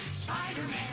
Spider-Man